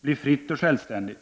bli fritt och självständigt.